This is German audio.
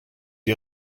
die